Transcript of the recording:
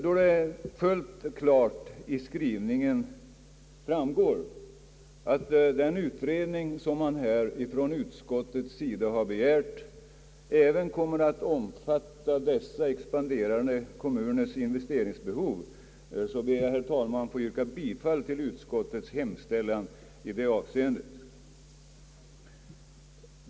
Då det framgår fullt klart av utskottets skrivning, att den utredning som utskottet begärt även kommer att tillvarata dessa expanderande kommuners investeringsbehov, ber jag, herr talman, att få yrka bifall till utskottets hemställan i det avseendet.